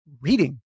reading